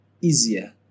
easier